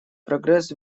прогресс